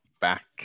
back